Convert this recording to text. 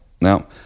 Now